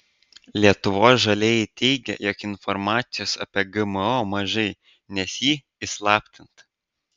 lietuvos žalieji teigia jog informacijos apie gmo mažai nes ji įslaptinta